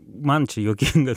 man čia juokinga